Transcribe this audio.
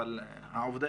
אבל העובדה,